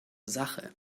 sache